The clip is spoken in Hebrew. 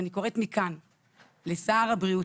אני קוראת מכאן לשר הבריאות,